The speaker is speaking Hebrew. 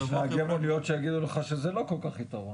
יש נהגי מוניות שיגידו לך שזה לא כל כך יתרון.